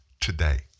today